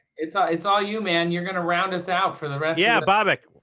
it's all it's all you, man. you're going around us out for the rest yeah but like